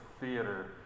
Theater